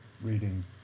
Reading